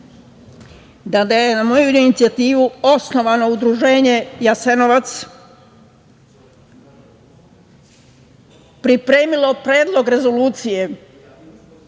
da je na moju inicijativu osnovano Udruženje „Jasenovac“, pripremilo predlog rezolucije